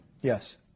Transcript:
Yes